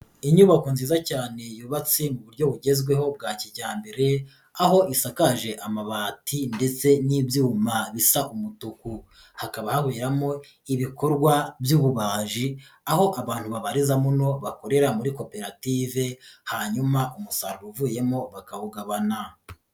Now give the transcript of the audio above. Inyubako nziza cyane yubatse mu buryo bugezweho bwa kijyambere, aho isakaje amabati ndetse n'ibyuma bisa umutuku. Hakaba haberamo ibikorwa by'ububaji, aho abantu babariza muno bakorera muri koperative, hanyuma umusaruro uvuyemo bakawugabana.